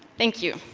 thank you.